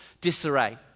disarray